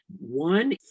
One